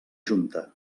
junta